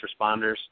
responders